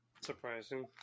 Surprising